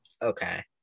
Okay